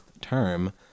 term